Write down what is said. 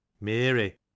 Mary